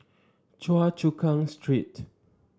Choa Chu Kang Street